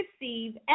receive